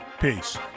peace